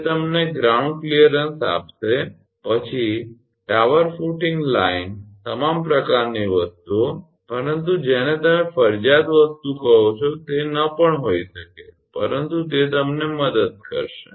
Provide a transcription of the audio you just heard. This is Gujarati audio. તે તમને ગ્રાઉન્ડ ક્લિઅરન્સ આપશે પછી ટાવર ફુટિંગ લાઇન તમામ પ્રકારની વસ્તુઓ પરંતુ જેને તમે ફરજિયાત વસ્તુ કહો છો તે ન પણ હોઈ શકે પરંતુ તે તમને મદદ કરશે